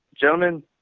Gentlemen